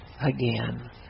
again